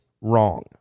wrong